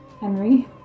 Henry